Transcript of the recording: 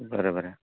बरें बरें